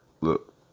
Look